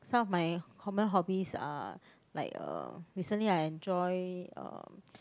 some of my common hobbies are like uh recently I enjoy um